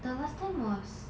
the last time was